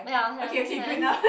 ya I understand